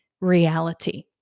reality